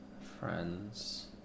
friends